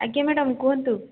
ଆଜ୍ଞା ମ୍ୟାଡ଼ାମ୍ କୁହନ୍ତୁ